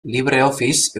libreoffice